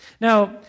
Now